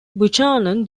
buchanan